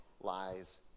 lies